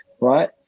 right